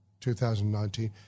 2019